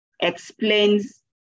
explains